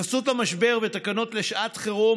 בחסות המשבר בתקנות לשעת חירום,